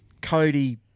Cody